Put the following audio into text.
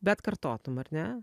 bet kartotum ar ne